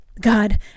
god